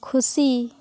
ᱠᱷᱩᱥᱤ